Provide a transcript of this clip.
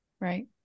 Right